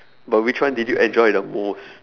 but which one did you enjoy the most